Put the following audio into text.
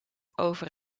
over